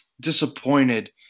disappointed